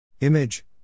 Image